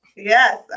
Yes